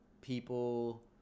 people